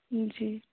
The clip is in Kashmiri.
جی